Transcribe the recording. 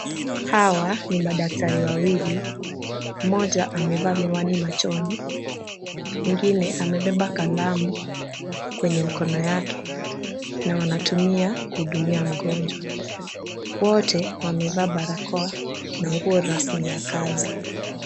Hawa ni madaktari wawili. Mmoja amevaa miwani machoni. Mwengine amebeba kalamu kwenye mkono wake na wanatumia kuhudumia mgonjwa. Wote wamevaa barakoa na nguo rasmi ya kazi.